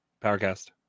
powercast